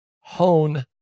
hone